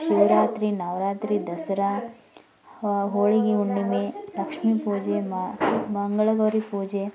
ಶಿವರಾತ್ರಿ ನವರಾತ್ರಿ ದಸರಾ ಹೋಳಿ ಹುಣ್ಣಿಮೆ ಲಕ್ಷ್ಮೀ ಪೂಜೆ ಮಂಗಳಗೌರಿ ಪೂಜೆ